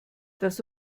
das